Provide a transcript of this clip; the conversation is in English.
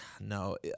no